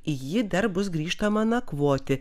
į jį dar bus grįžtama nakvoti